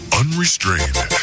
unrestrained